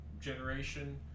generation